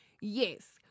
Yes